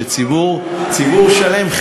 שציבור שלם,